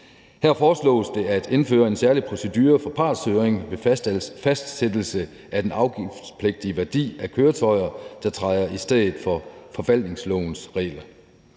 Her foreslås det at indføre en særlig procedure for partshøring ved fastsættelse af den afgiftspligtige værdi af køretøjer, der træder i stedet for forvaltningslovens regler.